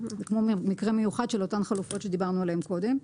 כמו מקרה מיוחד של אותן חלופות שדיברנו עליהן קודם.